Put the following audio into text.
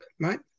right